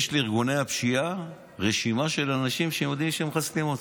יש לארגוני הפשיעה רשימה של אנשים שהם יודעים שהם מחסלים אותם.